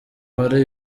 hari